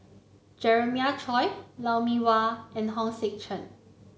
Jeremiah Choy Lou Mee Wah and Hong Sek Chern